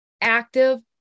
active